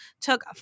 took